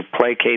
placate